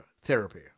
Therapy